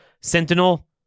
Sentinel